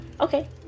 Okay